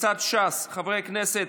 קבוצת סיעת ש"ס: חברי הכנסת